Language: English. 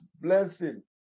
blessing